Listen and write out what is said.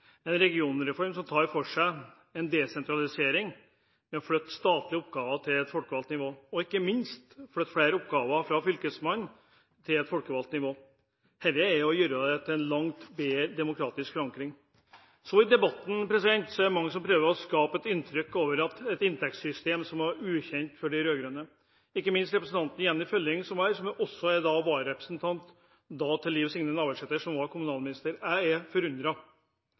en regionreform som tar for seg en desentralisering ved å flytte statlige oppgaver til et folkevalgt nivå og – ikke minst – flytte flere oppgaver fra fylkesmannen til et folkevalgt nivå. Dette er å gjøre det til en langt bedre demokratisk forankring. I debatten er det mange som prøver å skape et inntrykk av et inntektssystem som var ukjent for de rød-grønne, ikke minst representanten Jenny Følling, som var her, som er vararepresentant for Liv Signe Navarsete, som da var kommunalminister. Jeg er